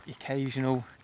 occasional